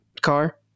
car